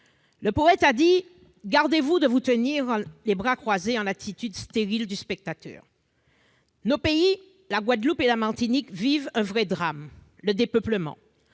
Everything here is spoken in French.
Le poète a dit :« Gardez-vous de vous croiser les bras en l'attitude stérile du spectateur. » Nos pays, la Guadeloupe et la Martinique, vivent un vrai drame : le dépeuplement.